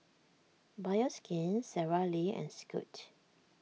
Bioskin Sara Lee and Scoot